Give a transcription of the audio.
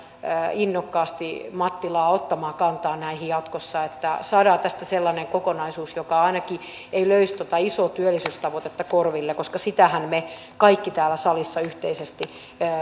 innokkaasti mattilaa ottamaan kantaa näihin jatkossa että saadaan tästä sellainen kokonaisuus joka ainakaan ei löisi tuota isoa työllisyystavoitetta korville koska sitähän me kaikki täällä salissa yhteisesti